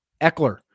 Eckler